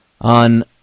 on